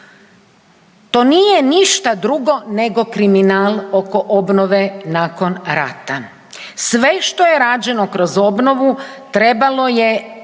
To nije ništa drugo nego kriminal oko obnove nakon rata. Sve što je rađeno kroz obnovu, trebalo je proći